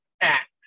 act